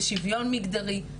בשיווין מגדרי,